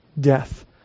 death